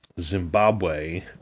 Zimbabwe